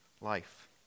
life